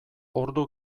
ordu